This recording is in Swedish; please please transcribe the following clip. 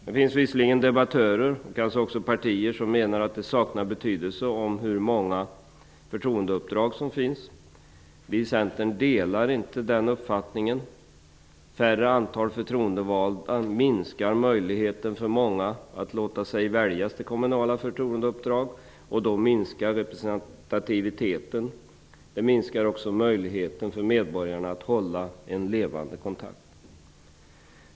Det finns visserligen debattörer och kanske också partier som menar att det saknar betydelse hur många förtroendeuppdrag det finns. Vi i Centern delar inte den uppfattningen. Ett mindre antal förtroendevalda minskar möjligheten för många att låta sig väljas till kommunala förtroendeuppdrag, och då minskar representativiteten. Då minskar också möjligheten att upprätthålla en levande kontakt med medborgarna.